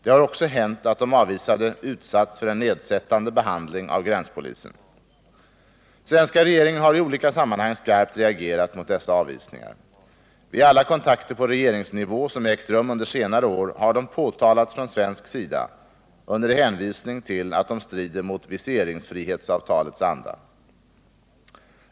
Det har också hänt att de avvisade utsatts för nedsättande behandling av gränspolisen. Svenska regeringen har i olika sammanhang skarpt reagerat mot dessa avvisningar. Vid alla kontakter på regeringsnivå som ägt rum under senare år har de påtalats från svensk sida under hänvisning till att de strider mot viseringsfrihetsavtalets anda.